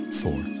four